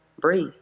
breathe